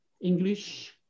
English